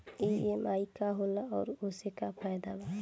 EMI का होला और ओसे का फायदा बा?